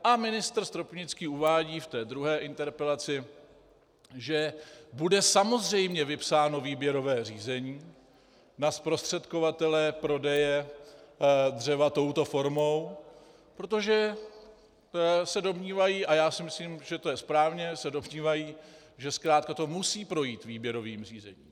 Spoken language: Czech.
A ministr Stropnický uvádí v té druhé interpelaci, že bude samozřejmě vypsáno výběrové řízení na zprostředkovatele prodeje dřeva touto formou, protože se domnívají, a já si myslím, že to je správně, že to zkrátka musí projít výběrovým řízením.